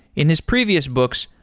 in his previous books,